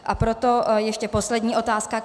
A proto ještě poslední otázka.